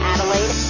Adelaide